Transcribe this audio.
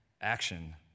action